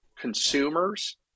consumers